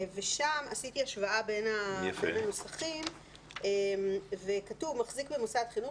עשיתי השוואה בין הנוסחים ושם כתוב: מחזיק במוסד חינוך